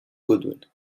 goodwin